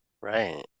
Right